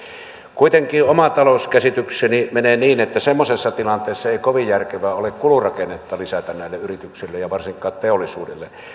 kuitenkin oma talouskäsitykseni menee niin että semmoisessa tilanteessa ei kovin järkevää ole kulurakennetta lisätä näille yrityksille eikä varsinkaan teollisuudelle